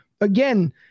again